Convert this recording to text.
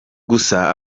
gusa